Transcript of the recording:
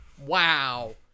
Wow